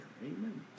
Amen